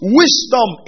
wisdom